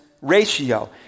ratio